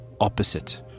opposite